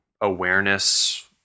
awareness